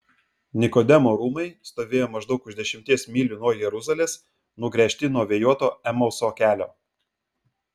nikodemo rūmai stovėjo maždaug už dešimties mylių nuo jeruzalės nugręžti nuo vėjuoto emauso kelio